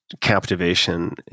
captivation